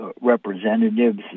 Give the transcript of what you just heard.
Representatives